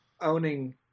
owning